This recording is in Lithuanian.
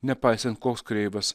nepaisant koks kreivas